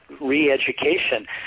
re-education